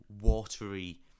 watery